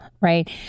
right